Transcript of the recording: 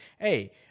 Hey